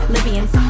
Libyans